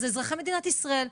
זה אזרחי מדינת ישראל.